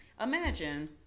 imagine